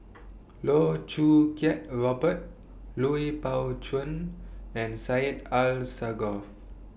Loh Choo Kiat Robert Lui Pao Chuen and Syed Alsagoff